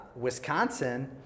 Wisconsin